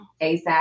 ASAP